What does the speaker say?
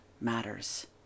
matters